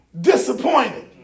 disappointed